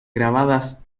grabadas